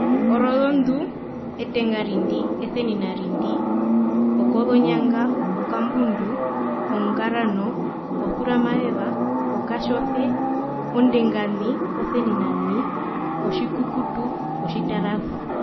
Orozondu, etengarindi, oseninarindi, okozonyanga, okambundu, ongaro, osuramazeva, okatjose, ondengani, oseninani, otjikukutu, otjitarazu.